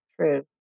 True